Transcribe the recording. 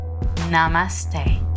Namaste